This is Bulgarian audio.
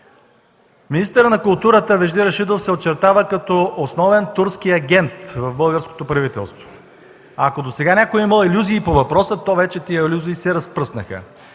Министърът на културата Вежди Рашидов се очертава като основен турски агент в българското правителство. Ако досега някой е имал илюзии по въпроса, то вече тези илюзии се разпръснаха